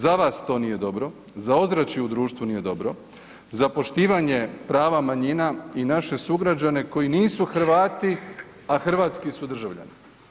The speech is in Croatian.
Za vas to nije dobro, za ozračje u društvu nije dobro, za poštivanje prava manjina i naše sugrađane koji nisu Hrvati, a hrvatski su državljani.